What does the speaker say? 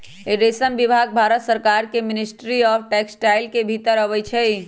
रेशम विभाग भारत सरकार के मिनिस्ट्री ऑफ टेक्सटाइल के भितर अबई छइ